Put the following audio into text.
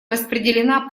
распределена